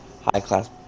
high-class